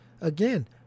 Again